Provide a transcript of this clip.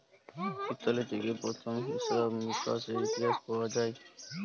Italy থেক্যে প্রথম হিছাব মিকাশের ইতিহাস পাওয়া যায়